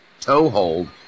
toehold